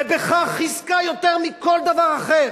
ובכך חיזקה יותר מכל דבר אחר